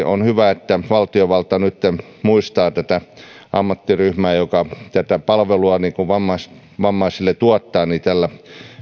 on hyvä että valtiovalta nytten muistaa tätä ammattiryhmää joka tätä palvelua vammaisille tuottaa tällä